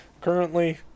Currently